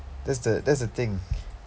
that's the that's the thing